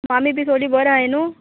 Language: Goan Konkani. मामी बी सोगली बोर हाय न्हू